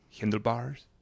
handlebars